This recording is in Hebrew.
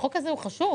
החוק הזה הוא חשוב,